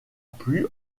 plus